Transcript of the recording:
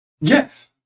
yes